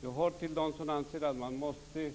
Jag hör till dem som anser att man måste